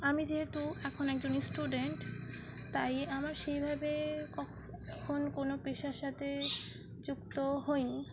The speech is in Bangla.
আমি যেহেতু এখন একজন স্টুডেন্ট তাই আমার সেইভাবে ক এখন কোনো পেশার সাথে যুক্ত হইনি